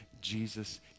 Jesus